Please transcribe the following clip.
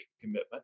commitment